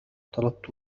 طلبت